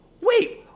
wait